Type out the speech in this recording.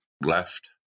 left